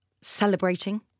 celebrating